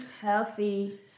Healthy